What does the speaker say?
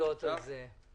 הסתייגויות על זה.